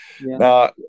Now